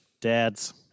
Dads